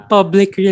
Public